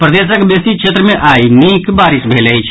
प्रदेशक बेसी क्षेत्र मे आई निक बारिश भेल अछि